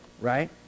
right